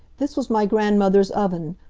this was my grandmother's oven.